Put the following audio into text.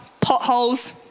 potholes